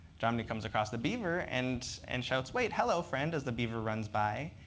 jomny comes across the beaver and and shouts, wait! hello, friend, as the beaver runs by.